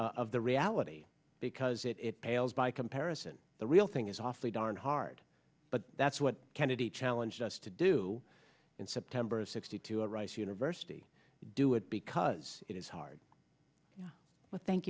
of the reality because it pales by comparison the real thing is awfully darn hard but that's what kennedy challenged us to do in september of sixty two at rice university do it because it is hard but thank